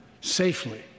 safely